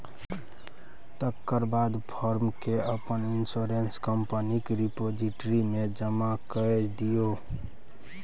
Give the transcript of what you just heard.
तकर बाद फार्म केँ अपन इंश्योरेंस कंपनीक रिपोजिटरी मे जमा कए दियौ